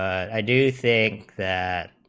i do think that